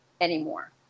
anymore